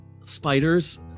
spiders